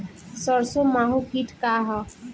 सरसो माहु किट का ह?